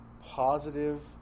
positive